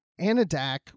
Anadak